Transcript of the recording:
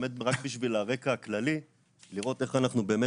באמת רק בשביל הרקע הכללי לראות איך אנחנו באמת